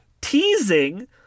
teasing